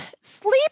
sleep